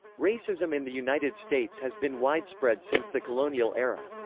racism in the united states has been widespread since the colonial era.